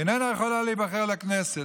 איננה יכולה להיבחר לכנסת?